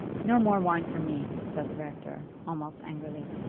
no more wine for me, said the rector, almost angrily.